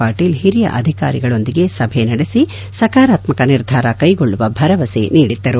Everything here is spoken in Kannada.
ಪಾಟೀಲ್ ಹಿರಿಯ ಅಧಿಕಾರಿಗಳೊಂದಿಗೆ ಸಭೆ ನಡೆಸಿ ಸಕಾರಾತ್ಮಕ ನಿರ್ಧಾರ ಕೈಗೊಳ್ಳುವ ಭರವಸೆ ನೀಡಿದ್ದರು